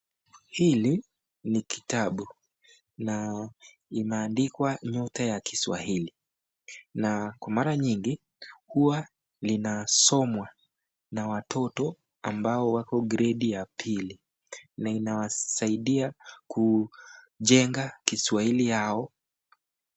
Hii ni kitabu na imeandikwa nyota ya kiswahili na kwa mara nyingi huwa linasomwa na watoto ambao wako gredi ya pili na inawasaidia kujenga kiswahili yao.